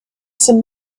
some